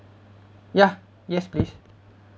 ya yes please